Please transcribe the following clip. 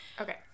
Okay